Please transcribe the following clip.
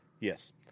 Yes